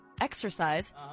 exercise